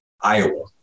Iowa